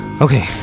Okay